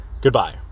Goodbye